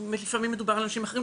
לפעמים מדובר על אנשים אחרים,